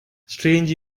strange